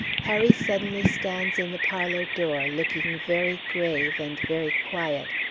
harry suddenly stands in the parlor door, looking very grave, and very quiet.